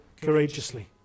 courageously